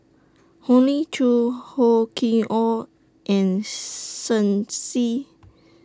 Hoey Choo Hor Chim Or and Shen Xi